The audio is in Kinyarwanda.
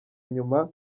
inyuma